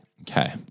okay